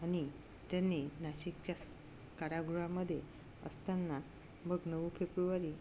आणि त्यांनी नाशिकच्या कारागृहामध्ये असताना मग नऊ फेब्रुवारी